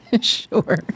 Sure